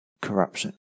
corruption